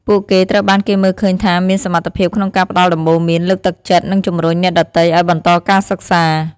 ពួកគេត្រូវបានគេមើលឃើញថាមានសមត្ថភាពក្នុងការផ្តល់ដំបូន្មាន លើកទឹកចិត្ត និងជម្រុញអ្នកដទៃឱ្យបន្តការសិក្សា។